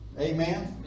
Amen